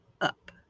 up